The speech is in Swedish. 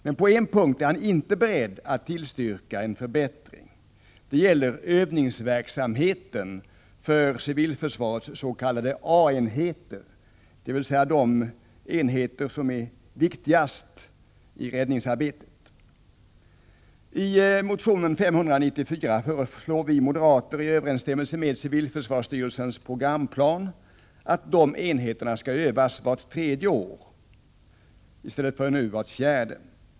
Men på en punkt är han inte beredd att tillstyrka en förbättring. Det gäller övningsverksamheten för civilförsvarets s.k. A-enheter, dvs. de enheter som är viktigast i räddningsarbetet. I motion 594 föreslår vi moderater i överensstämmelse med civilförsvarsstyrelsens programplan att dessa enheter skall övas vart tredje år, i stället för som nu, vart fjärde.